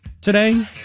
today